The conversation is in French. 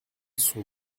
son